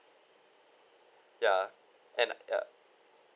ya and uh ya